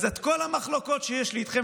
אז את כל המחלוקות שיש לי איתכם,